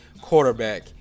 quarterback